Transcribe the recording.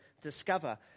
discover